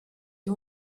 you